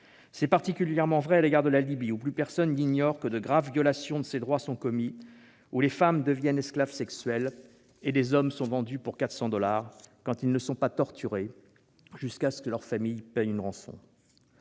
C'est particulièrement vrai à l'égard de la Libye, où plus personne n'ignore que de graves violations de ces droits sont commises, où les femmes deviennent esclaves sexuelles et les hommes sont vendus pour 400 dollars, quand ils ne sont pas torturés jusqu'à ce que leurs familles payent une rançon.